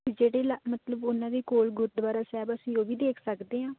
ਜਿਹੜੇ ਲ ਮਤਲਬ ਉਹਨਾਂ ਦੇ ਕੋਲ ਗੁਰਦੁਆਰਾ ਸਾਹਿਬ ਅਸੀਂ ਉਹ ਵੀ ਦੇਖ ਸਕਦੇ ਹਾਂ